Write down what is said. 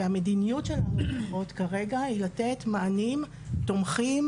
והמדיניות שלנו לפחות כרגע היא לתת מענים תומכים,